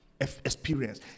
experience